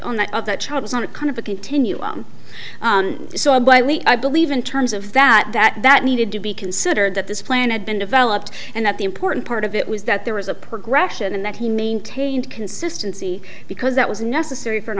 of the child was on a kind of a continuum i believe in terms of that that that needed to be considered that this planet been developed and that the important part of it was that there was a progression and that he maintained consistency because that was necessary for an